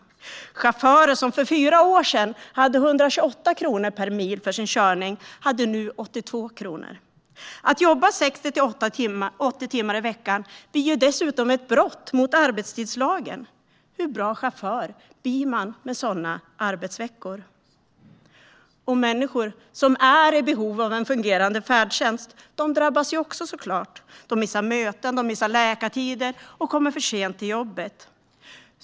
De här chaufförerna hade för fyra år sedan en ersättning på 128 kronor per mil för sin körning, men nu är den 82 kronor. Att jobba 60-80 timmar i veckan blir dessutom ett brott mot arbetstidslagen. Hur bra chaufför blir man med sådana arbetsveckor? Människor som är i behov av en fungerande färdtjänst drabbas också, såklart. De missar möten och läkartider och kommer för sent till jobbet.